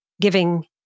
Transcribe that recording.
giving